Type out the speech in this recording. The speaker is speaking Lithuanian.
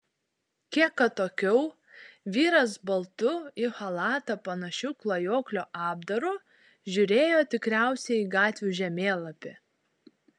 kiek atokiau vyras baltu į chalatą panašiu klajoklio apdaru žiūrėjo tikriausiai į gatvių žemėlapį